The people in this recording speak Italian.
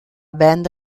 band